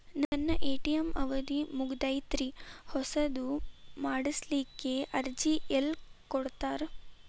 ನನ್ನ ಎ.ಟಿ.ಎಂ ಅವಧಿ ಮುಗದೈತ್ರಿ ಹೊಸದು ಮಾಡಸಲಿಕ್ಕೆ ಅರ್ಜಿ ಎಲ್ಲ ಕೊಡತಾರ?